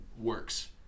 works